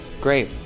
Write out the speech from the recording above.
Great